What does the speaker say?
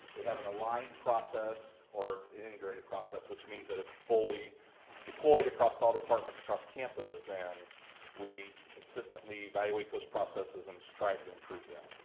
we have an aligned process or its integrated process, which means that it's fully deployed across all departments across campus and we consistently evaluate those processes and strive to improve them.